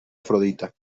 afrodita